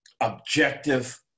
objective